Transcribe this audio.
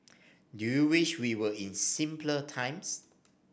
do you wish we were in simpler times